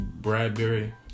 Bradbury